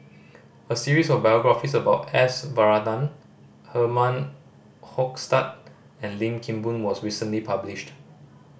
a series of biographies about S Varathan Herman Hochstadt and Lim Kim Boon was recently published